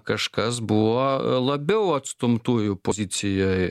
kažkas buvo labiau atstumtųjų pozicijoj